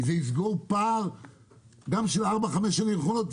זה יסגור פער גם של ארבע חמש השנים האחרונות,